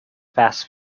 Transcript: fast